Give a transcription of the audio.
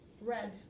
Red